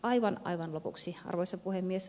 aivan aivan lopuksi arvoisa puhemies